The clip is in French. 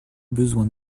besoin